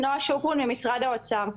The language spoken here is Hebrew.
אני ממשרד האוצר.